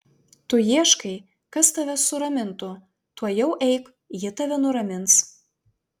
tu ieškai kas tave suramintų tuojau eik ji tave nuramins